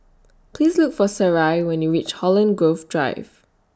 Please Look For Sarai when YOU REACH Holland Grove Drive